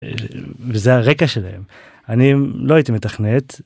זה הרקע שלהם, אני לא הייתי מתכנת.